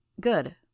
Good